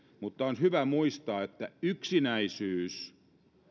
mutta on hyvä muistaa että yksinäisyys